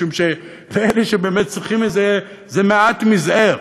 משום שלאלה שבאמת צריכים את זה זה מעט מזעיר,